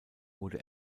wurde